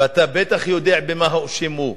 ואתה בטח יודע במה הואשמו,